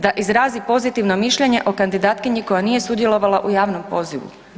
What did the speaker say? Da izrazi pozitivno mišljenje o kandidatkinji koja nije sudjelovala u javnom pozivu?